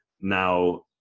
now